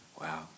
Wow